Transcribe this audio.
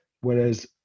Whereas